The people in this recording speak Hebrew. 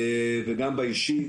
וגם באישי,